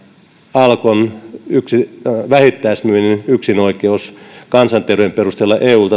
alkon vähittäismyynnin yksinoikeus joka on kansanterveyden perusteella eun